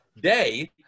Day